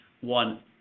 one